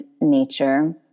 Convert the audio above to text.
nature